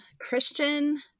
Christian